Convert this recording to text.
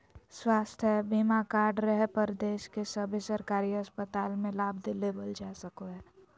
स्वास्थ्य बीमा कार्ड रहे पर देश के सभे सरकारी अस्पताल मे लाभ लेबल जा सको हय